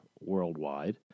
worldwide